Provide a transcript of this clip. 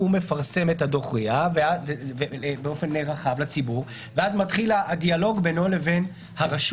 הוא מפרסם את דוח רי"ע באופן רחב לציבור ואז מתחיל הדיאלוג בינו לרשות.